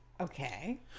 Okay